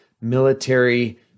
military